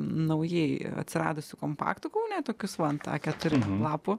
naujai atsiradusių kompaktų kaune tokius va ant a keturių lapų